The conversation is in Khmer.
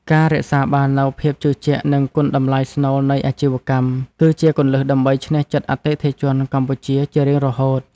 ការរក្សាបាននូវភាពជឿជាក់ និងគុណតម្លៃស្នូលនៃអាជីវកម្ម គឺជាគន្លឹះដើម្បីឈ្នះចិត្តអតិថិជនកម្ពុជាជារៀងរហូត។